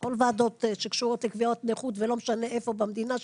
כל הוועדות שקשורות לקביעת נכות ולא משנה איפה במדינה שלנו,